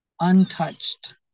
untouched